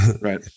Right